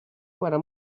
guerra